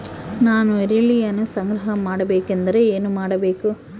ನಾನು ಈರುಳ್ಳಿಯನ್ನು ಸಂಗ್ರಹ ಮಾಡಬೇಕೆಂದರೆ ಏನು ಮಾಡಬೇಕು?